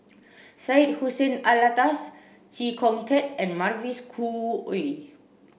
Syed Hussein Alatas Chee Kong Tet and Mavis Khoo Oei